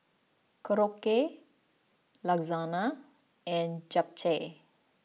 Korokke Lasagna and Japchae